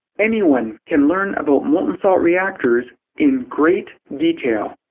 anyone can learn about molten salt reactors in great detail.